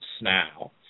now